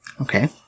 Okay